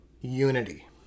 unity